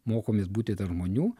mokomės būti tarp žmonių